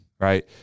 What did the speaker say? right